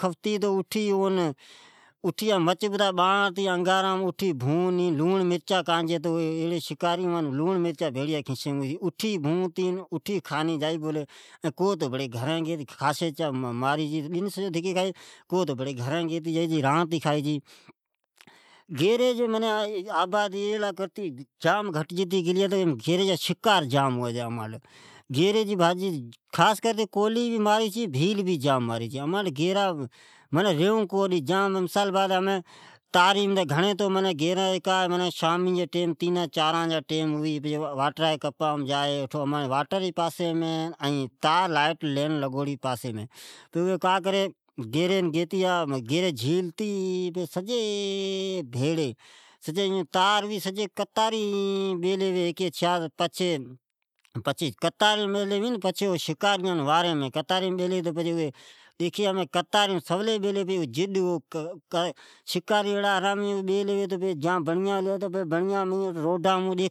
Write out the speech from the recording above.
پتیں این مچ باڑتے بھونتے کھئی ،اوانٹھ لوڑ مرچا بھیڑیا ھوی چھے ،اٹھ بھونتے اٹھے کھاتے ،کو ایڑی ھی جکو گھرین گیتے جائی چھے پچھے راتے کھئی چھے گیری جی آبادی ایلی کرتی گھٹجی گلی ھے تو اماٹھ گیری جا شکار جام ھوی چھی امانٹھ، کولی این بھیل ڈونی جام مارہی چھے اماٹھ کا ھی تو شانی جئ مال تاری پر جام گیری بیسی چھے ، امٹھ کا ھے تو واٹر این تازر بھیڑی ھے گیری کا کری تو پرین جھیلتے پچھے قتارہ مین بیسی پچھے سکارین واریم ھے شکار بڑیا مین لکتے اوی